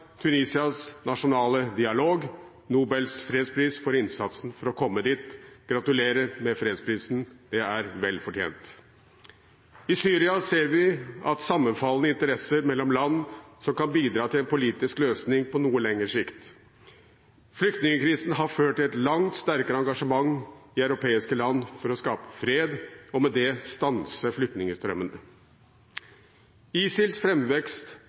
Tunisias nasjonale dialog Nobels fredspris for innsatsen for å komme dit. – Gratulerer med fredsprisen, den er vel fortjent! I Syria ser vi at sammenfallende interesser mellom land kan bidra til en politisk løsning på noe lengre sikt. Flyktningkrisen har ført til et langt sterkere engasjement i europeiske land for å skape fred og med det stanse flyktningstrømmene. ISILs